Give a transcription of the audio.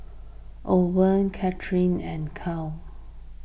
Owen Katherine and Cale